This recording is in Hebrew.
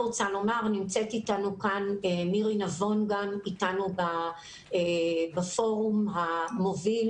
נמצאת אתנו כאן מירי נבון שהיא אתנו בפורום המוביל.